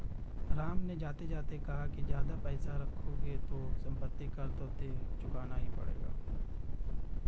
राम ने जाते जाते कहा कि ज्यादा पैसे रखोगे तो सम्पत्ति कर तो चुकाना ही पड़ेगा